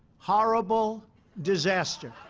horrible disaster.